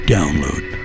Download